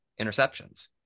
interceptions